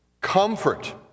Comfort